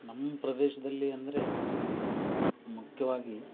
ನಮ್ ಪ್ರದೇಶದಲ್ಲಿ ಅಂದರೆ ಮುಖ್ಯವಾಗಿ